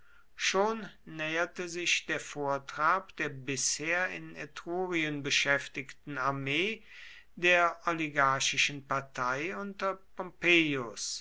schon näherte sich der vortrab der bisher in etrurien beschäftigten armee der oligarchischen partei unter